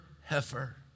heifer